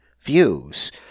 views